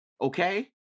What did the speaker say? okay